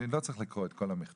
אני לא צריך לקרוא את כל המכתב,